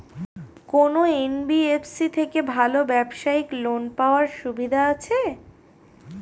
কোন এন.বি.এফ.সি থেকে ভালো ব্যবসায়িক লোন পাওয়ার সুবিধা আছে?